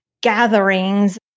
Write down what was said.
gatherings